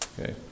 Okay